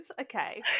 okay